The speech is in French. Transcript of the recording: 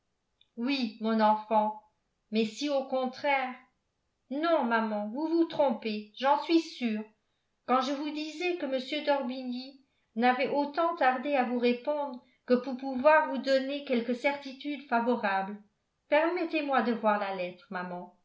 oui mon enfant mais si au contraire non maman vous vous trompez j'en suis sûre quand je vous disais que m d'orbigny n'avait autant tardé à vous répondre que pour pouvoir vous donner quelque certitude favorable permettez-moi de voir la lettre maman